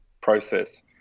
process